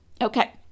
Okay